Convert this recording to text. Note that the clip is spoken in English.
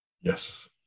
yes